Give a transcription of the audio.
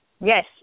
Yes